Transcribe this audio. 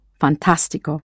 fantástico